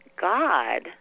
God